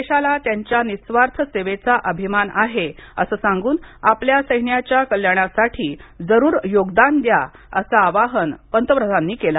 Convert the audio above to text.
देशाला त्यांच्या निस्वार्थ सेवेचा अभिमान आहे असं सांगून आपल्या सैन्याच्या कल्याणासाठी जरूर योगदान द्या असं आवाहन पंतप्रधानांनी केलं